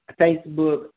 Facebook